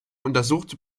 untersuchte